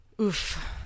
Oof